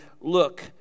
look